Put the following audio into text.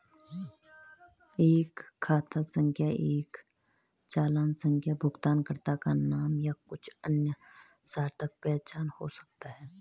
एक खाता संख्या एक चालान संख्या भुगतानकर्ता का नाम या कुछ अन्य सार्थक पहचान हो सकता है